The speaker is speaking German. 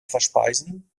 verspeisen